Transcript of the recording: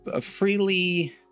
freely